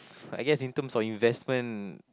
I guess in terms of investment